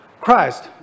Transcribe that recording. christ